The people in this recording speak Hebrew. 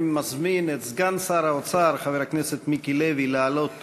אני מזמין את סגן שר האוצר חבר הכנסת מיקי לוי לעלות